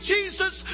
Jesus